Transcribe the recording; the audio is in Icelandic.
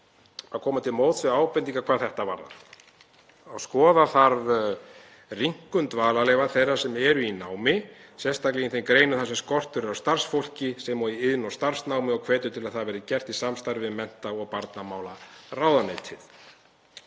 að koma til móts við ábendingar hvað þetta varðar. Skoða þarf rýmkun dvalarleyfa þeirra sem eru í námi, sérstaklega í þeim greinum þar sem skortur er á starfsfólki, sem og í iðn- og starfsnámi, og hvetur til að það verði gert í samstarfi við mennta- og barnamálaráðuneytið.